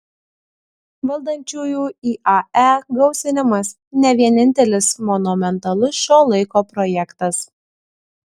valdančiųjų iae gausinimas ne vienintelis monumentalus šio laiko projektas